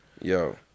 Yo